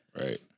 Right